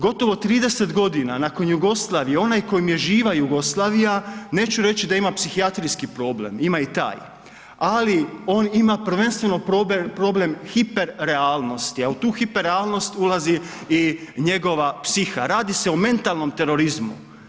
Gotovo 30.g. nakon Jugoslavije, onaj kojem je živa Jugoslavija, neću reći da ima psihijatrijski problem, ima i taj, ali on ima prvenstveno problem hiper realnosti, a u tu hiper realnost ulazi i njegova psiha, radi se o mentalnom terorizmu.